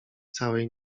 całej